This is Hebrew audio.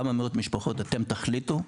כמה מאות משפחות אתם תחליטו,